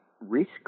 risk